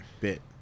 Bit